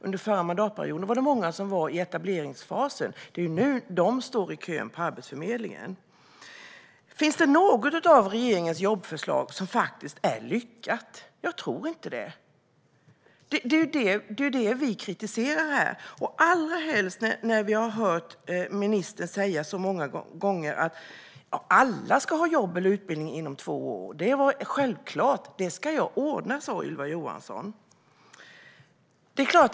Under förra mandatperioden befann sig många i etableringsfasen. Nu står dessa i kön på Arbetsförmedlingen. Har något av regeringens jobbförslag lyckats? Jag tror inte det. Det är detta vi kritiserar, allrahelst när vi så många gånger har hört ministern säga att alla ska ha jobb eller utbildning inom två år. Detta är självklart, och det ska jag ordna, har Ylva Johansson sagt.